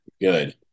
Good